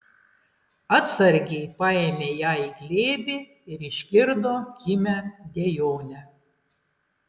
atsargiai paėmė ją į glėbį ir išgirdo kimią dejonę